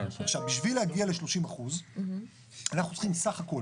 בשביל להגיע ל-30% אנחנו צריכים סך הכול